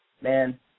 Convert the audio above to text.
man –